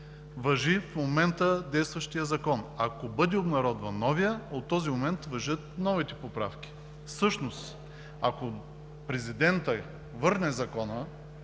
важи в момента за действащия закон. Ако бъде обнародван новият, от този момент важат новите поправки. Всъщност, ако президентът върне Закона